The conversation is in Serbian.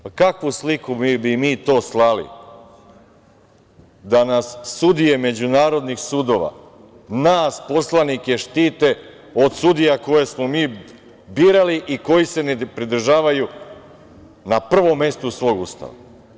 Pa, kakvu sliku bi mi to slali da nas sudije međunarodnih sudova, nas poslanike štite od sudija koje smo mi birali, koji se ne pridržavaju na prvom mestu svog Ustava.